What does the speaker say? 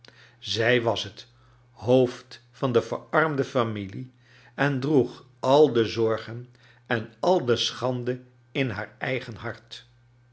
zij was het hoofd van de verarmde familie en droeg al de zorgen en al de schande in haar eigen hart